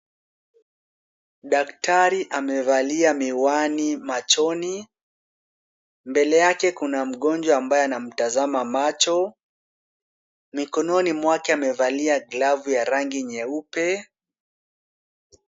Daktari amevalia miwani machoni. Mbele yake kuna mgonjwa ambaye anamtazama macho. Mikononi mwake amevalia glove ya rangi nyeupe.